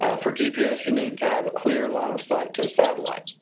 for gps, you need to have a clear line of sight to a satellite,